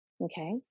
Okay